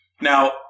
Now